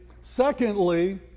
secondly